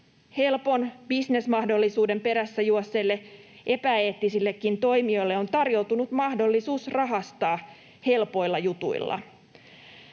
Helpon bisnesmahdollisuuden perässä juosseille epäeettisillekin toimijoille on tarjoutunut mahdollisuus rahastaa helpoilla jutuilla.